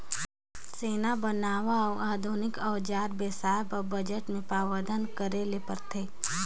सेना बर नावां अउ आधुनिक अउजार बेसाए बर बजट मे प्रावधान करे ले परथे